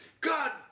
God